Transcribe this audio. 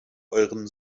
euren